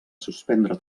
suspendre